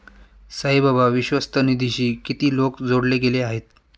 साईबाबा विश्वस्त निधीशी किती लोक जोडले गेले आहेत?